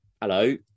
hello